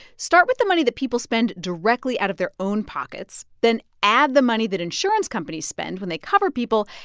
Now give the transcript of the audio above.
start with the money that people spend directly out of their own pockets, then add the money that insurance companies spend when they cover people.